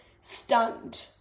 stunned